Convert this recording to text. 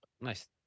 nice